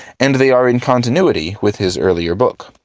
and they are in continuity with his earlier book.